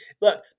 look